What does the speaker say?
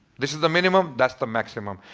this is the minimum, that's the maximum.